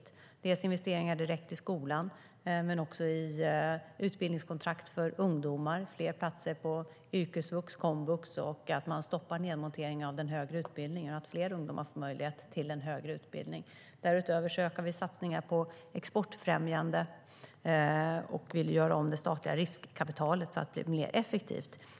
Det gäller investeringar direkt i skolan, i utbildningskontrakt för ungdomar och i fler platser på yrkesvux och komvux. Vi stoppar också nedmonteringen av den högre utbildningen så att fler ungdomar får möjlighet till en högre utbildning. Vidare ökar vi satsningarna på exportfrämjande, och vi vill göra om det statliga riskkapitalet så att det blir mer effektivt.